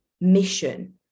mission